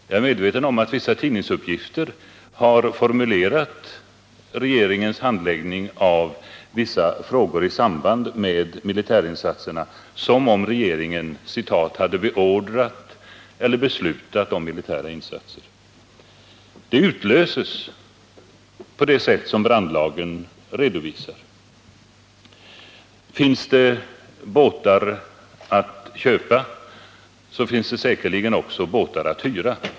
Jag är medveten om att vissa tidningar har formulerat regeringens handläggning av vissa frågor i samband med militärinsatserna som om regeringen ”hade beordrat eller beslutat om militära insatser”. Det utlöses på det sätt som lagen redovisar. Finns det båtar att köpa, så finns det säkerligen också båtar att hyra.